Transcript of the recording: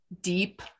deep